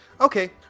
Okay